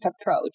approach